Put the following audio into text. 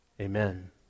Amen